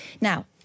Now